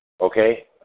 Okay